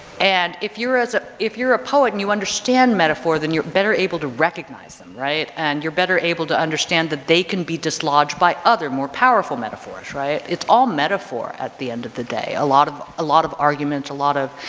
and if you're as if you're a poet and you understand metaphor then you're better able to recognize them right and you're better able to understand that they can be dislodged by other more powerful metaphors, right? it's all metaphor at the end of the day. a lot of, a lot of arguments, a lot of,